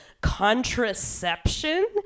contraception